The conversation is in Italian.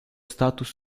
status